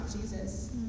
Jesus